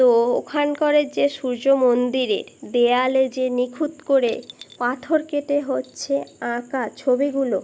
তো ওখানকার যে সূর্য মন্দিরে দেয়ালে যে নিখুঁত করে পাথর কেটে হচ্ছে আঁকা ছবিগুলো